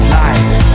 life